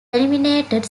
eliminated